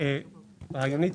זה טוב,